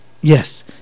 Yes